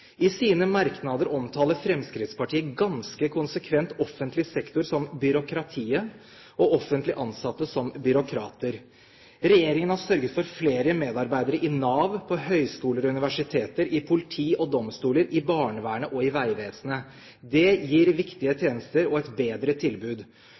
I sine merknader omtaler Fremskrittspartiet ganske konsekvent offentlig sektor som «byråkratiet» og offentlig ansatte som «byråkrater». Regjeringen har sørget for flere medarbeidere i Nav, på høyskoler og universiteter, i politi og domstoler, i barnevernet og i Vegvesenet. Det gir viktige